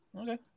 Okay